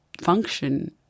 function